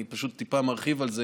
אני פשוט טיפה מרחיב על זה,